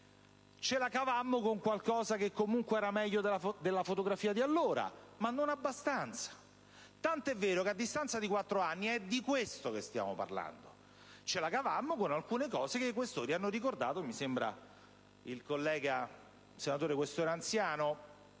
Ce la cavammo con qualcosa che era meglio della fotografia di allora, ma non abbastanza, tanto è vero che a distanza di quattro anni è di questo che stiamo parlando. Ce la cavammo con alcune cose che il collega senatore Questore anziano